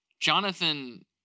Jonathan